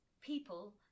people